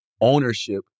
ownership